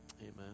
Amen